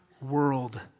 world